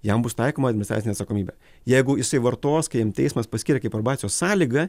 jam bus taikoma administracinė atsakomybė jeigu jisai vartos kai jam teismas paskyrė kaip probacijos sąlygą